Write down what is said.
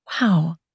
Wow